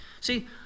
See